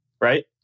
right